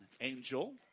angel